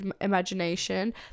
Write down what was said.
imagination